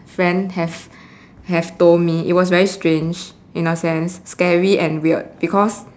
friend have have told me it was very strange in a sense scary and weird because